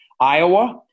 Iowa